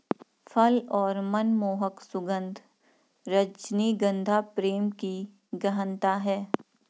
फल और मनमोहक सुगन्ध, रजनीगंधा प्रेम की गहनता है